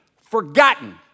forgotten